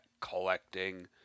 collecting